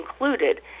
included